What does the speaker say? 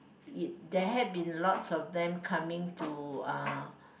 it there had been lots of them coming to uh